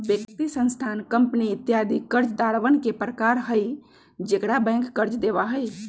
व्यक्ति, संस्थान, कंपनी इत्यादि कर्जदारवन के प्रकार हई जेकरा बैंक कर्ज देवा हई